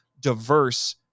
diverse